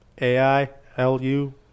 A-I-L-U